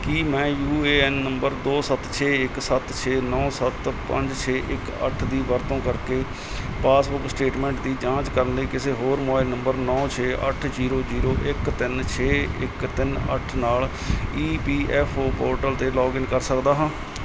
ਕੀ ਮੈਂ U A N number ਦੋ ਸੱਤ ਛੇ ਇੱਕ ਸੱਤ ਛੇ ਨੌਂ ਸੱਤ ਪੰਜ ਛੇ ਇੱਕ ਅੱਠ ਦੀ ਵਰਤੋਂ ਕਰਕੇ ਪਾਸਬੁੱਕ ਸਟੇਟਮੈਂਟ ਦੀ ਜਾਂਚ ਕਰਨ ਲਈ ਕਿਸੇ ਹੋਰ ਮੋਬਾਈਲ ਨੰਬਰ ਨੌਂ ਛੇ ਅੱਠ ਜ਼ੀਰੋ ਜ਼ੀਰੋ ਇੱਕ ਤਿੰਨ ਛੇ ਇੱਕ ਤਿੰਨ ਅੱਠ ਨਾਲ E P F O portal 'ਤੇ ਲੌਗਇਨ ਕਰ ਸਕਦਾ ਹਾਂ